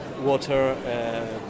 water